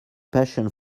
passion